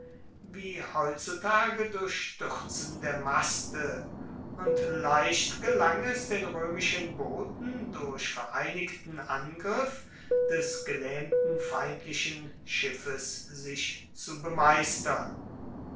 wie heutzutage durch stürzen der maste und leicht gelang es den römischen booten durch vereinigten angriff des gelähmten feindlichen schiffes sich zu bemeistern